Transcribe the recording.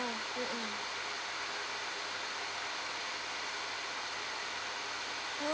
ah mm mm